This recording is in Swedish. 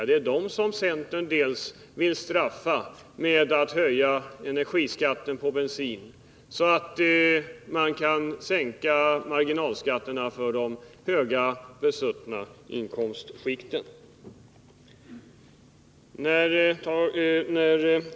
Det är dessa människor som centern vill straffa genom att höja bensinskatten, så att man kan sänka marginalskatterna för dem som befinner sig i de högre inkomstskikten.